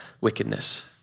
wickedness